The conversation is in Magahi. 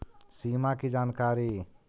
सिमा कि जानकारी?